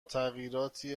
تغییراتی